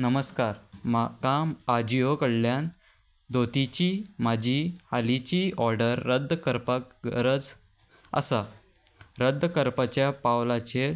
नमस्कार म्हाका आजिओ कडल्यान धोतीची म्हाजी हालींची ऑर्डर रद्द करपाक गरज आसा रद्द करपाच्या पावलांचेर